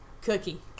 Cookie